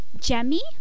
Jemmy